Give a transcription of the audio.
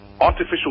Artificial